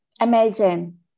imagine